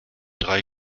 drei